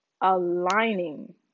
aligning